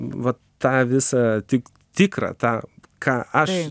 va tą visą tik tikrą tą ką aš